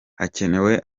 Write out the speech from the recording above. hakenewe